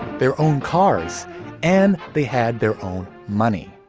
their own cars and they had their own money,